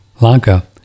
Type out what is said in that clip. Lanka